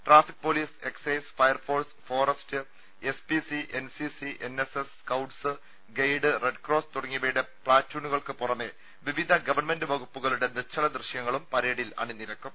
traffic police excise fire force forest S P C N C C N S S scouts guide red cross തുടങ്ങിയവയുടെ പ്ലാറ്റൂണുകൾക്ക് പുറമേ വിവിധ government വകുപ്പു കളുടെ നിശ്ചലദൃശ്യങ്ങളും പരേഡിൽ അണിനിരക്കും